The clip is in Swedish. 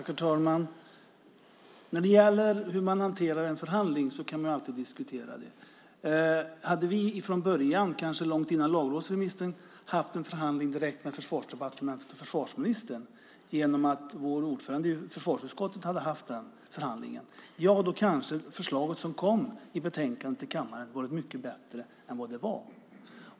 Herr talman! Hur man hanterar en förhandling kan alltid diskuteras. Om vi från början, kanske långt före lagrådsremissen, genom vår ordförande i försvarsutskottet hade haft en förhandling direkt med Försvarsdepartementet och försvarsministern kanske förslaget som kom i betänkandet varit mycket bättre än det är.